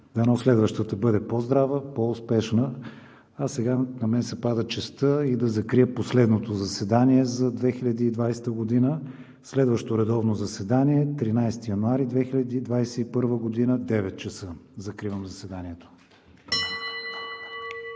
Дано следващата бъде по-здрава, по-успешна! А сега на мен се пада честта и да закрия последното заседание за 2020 г. Следващо редовно заседание – 13 януари 2021 г., 9,00 ч. Закривам заседанието. (Звъни.)